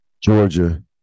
Georgia